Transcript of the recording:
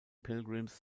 pilgrims